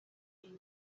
iyi